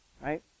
right